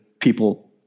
people